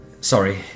sorry